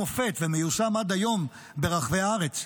ומופת ומיושם עד היום ברחבי הארץ.